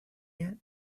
yet